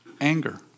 Anger